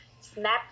snap